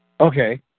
Okay